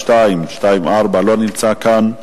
לא נמצא כאן,